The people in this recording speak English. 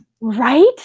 Right